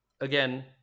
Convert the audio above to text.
again